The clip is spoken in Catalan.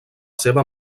seva